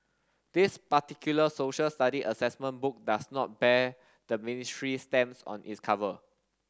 this particular social study assessment book does not bear the ministry's stamps on its cover